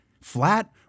flat